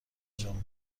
جان